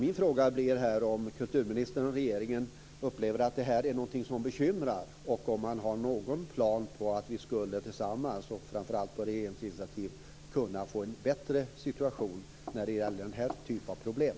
Min fråga blir om kulturministern och regeringen upplever att det här är någonting som bekymrar och om man har någon plan för att vi tillsammans, och framför allt på regeringens initiativ, skall kunna få en bättre situation när det gäller den här typen av problem.